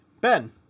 Ben